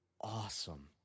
awesome